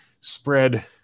spread